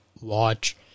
watch